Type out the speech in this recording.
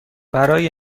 برای